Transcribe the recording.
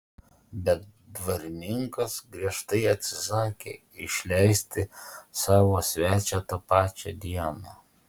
bet dvarininkas griežtai atsisakė išleisti savo svečią tą pačią dieną